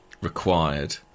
required